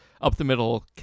up-the-middle